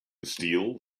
steel